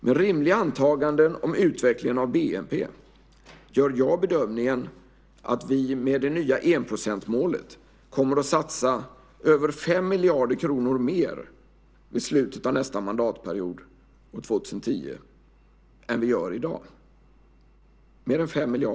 Med rimliga antaganden om utvecklingen av bnp gör jag bedömningen att vi med det nya enprocentsmålet kommer att satsa över 5 miljarder kronor mer i slutet av nästa mandatperiod, år 2010, än vi gör i dag.